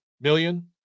million